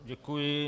Děkuji.